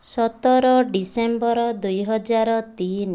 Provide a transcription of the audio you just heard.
ସତର ଡିସେମ୍ବର ଦୁଇହଜାର ତିନି